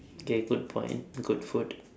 okay good point good food